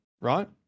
right